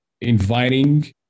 inviting